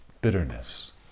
bitterness